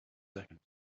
seconds